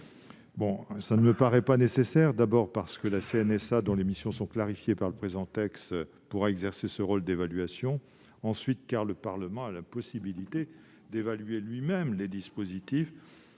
rapport ne me paraît pas nécessaire, d'abord parce que la CNSA, dont les missions sont clarifiées par le présent texte, pourra exercer ce rôle d'évaluation, et, ensuite, parce que le Parlement a la possibilité d'évaluer lui-même de tels dispositifs-